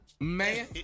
Man